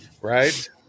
Right